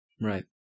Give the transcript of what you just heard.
Right